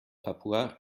papua